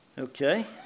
Okay